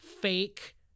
fake